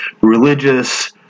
religious